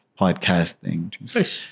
podcasting